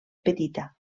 petita